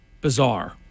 bizarre